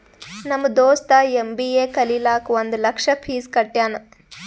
ನಮ್ ದೋಸ್ತ ಎಮ್.ಬಿ.ಎ ಕಲಿಲಾಕ್ ಒಂದ್ ಲಕ್ಷ ಫೀಸ್ ಕಟ್ಯಾನ್